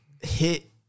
hit